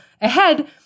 ahead